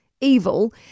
evil